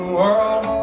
world